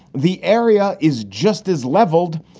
the area is just as leveled.